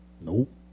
Nope